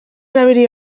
erabili